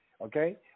Okay